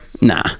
Nah